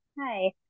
Hi